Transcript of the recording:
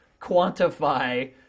quantify